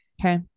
Okay